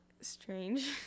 strange